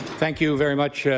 thank you very much,